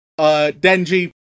Denji